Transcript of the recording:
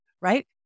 right